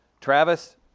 Travis